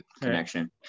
connection